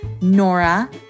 Nora